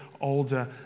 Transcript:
older